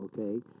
okay